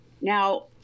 Now